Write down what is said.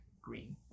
green